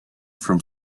from